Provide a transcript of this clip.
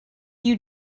you